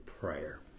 prayer